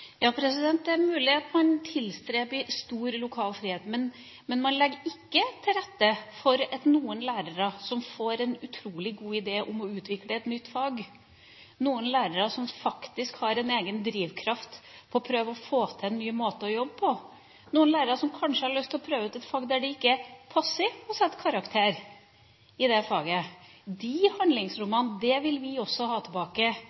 Det er mulig at man tilstreber stor lokal frihet, men man legger ikke til rette for lærere som får en utrolig god idé om å utvikle et nytt fag, for lærere som faktisk har en egen drivkraft med hensyn til å prøve å få til en ny måte å jobbe på, for lærere som kanskje har lyst til å prøve ut et fag der det ikke passer å sette karakterer. De handlingsrommene vil vi også ha tilbake